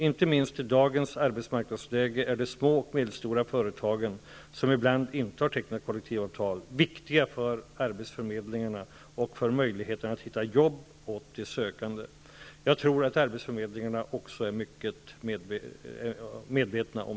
Inte minst i dagens arbetsmarknadsläge är de små och medelstora företagen -- som ibland inte har tecknat kollektivavtal -- viktiga för arbetsförmedlingarna och för möjligheterna att hitta jobb åt de sökande. Det tror jag att arbetsförmedlingarna också är mycket medvetna om.